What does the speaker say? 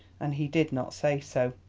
and he did not say so.